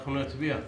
אנחנו נצביע.